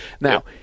Now